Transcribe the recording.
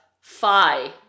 phi